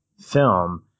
film